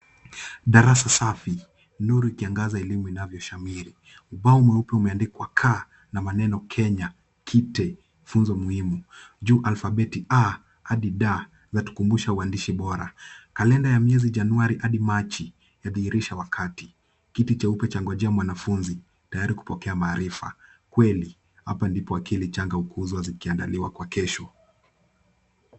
Darasa safi, nuru ikiangaza elimu inavyoshamiri. Ubao mweupe umeandikwa K, na maneno Kenya, kite, mfunzo muhimu. Juu alfabeti A, hadi D, zatukumbusha uandishi bora. Kalenda ya miezi Januari hadi Machi, yadhihirisha wakati. Kiti cheupe cha ngoja mwanafunzi, tayari kupokea maarifa. Kweli, hapa ndipo akili changa hupuuzwa zikiandaliwa kwa kesho.